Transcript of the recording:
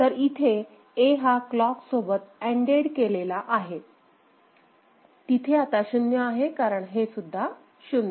तर इथे A हा क्लॉक सोबत अण्डेड केला गेलेला आहे तिथे आता शून्य आहे कारण हे सुद्धा शुन्य आहे